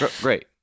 great